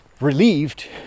relieved